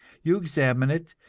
you examine it,